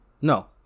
no